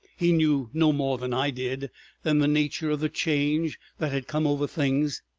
he knew no more than i did then the nature of the change that had come over things.